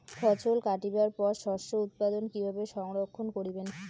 ফছল কাটিবার পর শস্য উৎপাদন কিভাবে সংরক্ষণ করিবেন?